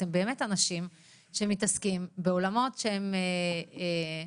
אתם באמת אנשים שמתעסקים בעולמות שהם מטורפים.